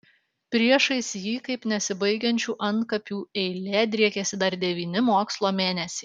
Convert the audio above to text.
priešais jį kaip nesibaigiančių antkapių eilė driekėsi dar devyni mokslo mėnesiai